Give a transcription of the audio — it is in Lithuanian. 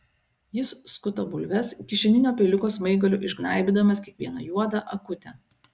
jis skuta bulves kišeninio peiliuko smaigaliu išgnaibydamas kiekvieną juodą akutę